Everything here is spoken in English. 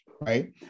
right